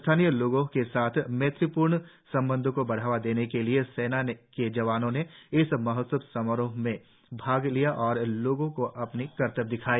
स्थानीय लोगों के साथ मैत्री पूर्ण संबंधो को बढ़ावा देने के लिए सेना के जवानो ने इस उत्सव समारोह में भाग लिया और लोगों को अपना करतब दिखाया